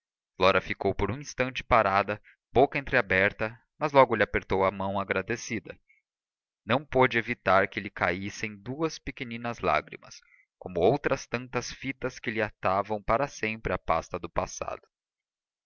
flora ficou por um instante parada boca entreaberta mas logo lhe apertou a mão agradecida não pôde evitar que lhe caíssem duas pequeninas lágrimas como outras tantas fitas que lhe atavam para sempre a pasta do passado